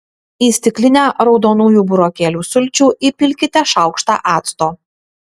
į stiklinę raudonųjų burokėlių sulčių įpilkite šaukštą acto